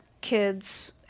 kids